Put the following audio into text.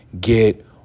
get